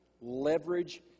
leverage